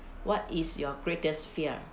what is your greatest fear